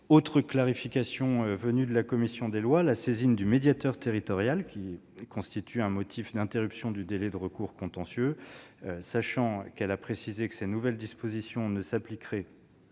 Autre clarification apportée par la commission des lois : la saisine du médiateur territorial, qui constitue un motif d'interruption du délai de recours contentieux, sachant qu'elle a précisé que ces nouvelles dispositions ne s'appliqueraient